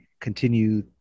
continue